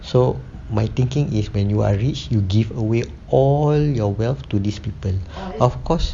so my thinking is when you are rich you give away all your wealth to these people of course